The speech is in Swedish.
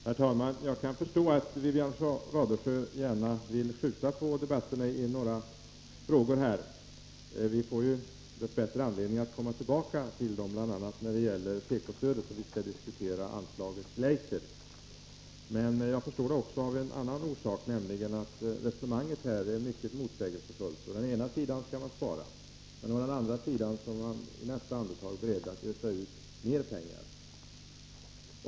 Herr talman! Jag kan förstå att Wivi-Anne Radesjö gärna vill skjuta på debatten i några frågor. Vi får dess bättre anledning att komma tillbaka till dem. Det gäller bl.a. tekostödet, som blir aktuellt då vi ska diskutera anslaget till Eiser. Men jag förstår det också av en annan orsak. Resonemanget här är nämligen mycket motsägelsefullt. Å ena sidan skall man spara. Å andra sidan är mani nästa andetag beredd att ösa ut mer pengar.